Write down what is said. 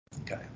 Okay